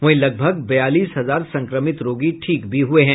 वहीं लगभग बयालीस हजार संक्रमित रोगी ठीक भी हुए हैं